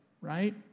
right